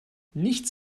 nichts